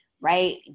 right